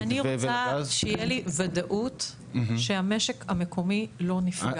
--- אני רוצה שיהיה לי ודאות שהמשק המקומי לא נפגע.